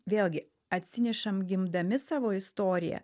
vėlgi atsinešam gimdami savo istoriją